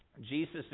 Jesus